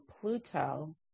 Pluto